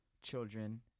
children